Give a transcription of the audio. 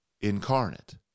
incarnate